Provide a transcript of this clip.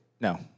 No